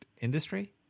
industry